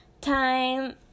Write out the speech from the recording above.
time